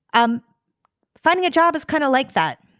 um finding a job is kind of like that.